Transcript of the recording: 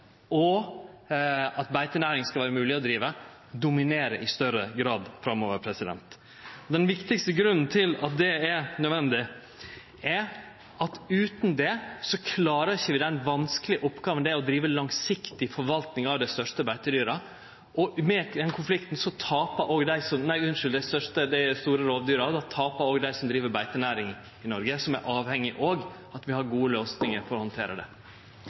og at beitenæring skal vere mogleg å drive, få dominere i større grad framover. Den viktigaste grunnen til at det er nødvendig, er at utan det klarer vi ikkje den vanskelege oppgåva det er å drive langsiktig forvaltning av dei store rovdyra, og i den konflikten tapar òg dei som driv beitenæring i Noreg, som er avhengige av at vi har gode løysingar for å handtere det.